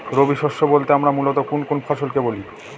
রবি শস্য বলতে আমরা মূলত কোন কোন ফসল কে বলি?